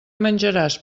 menjaràs